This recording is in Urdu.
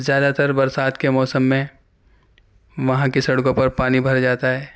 زیادہ تر برسات کے موسم میں وہاں کی سڑکوں پر پانی بھر جاتا ہے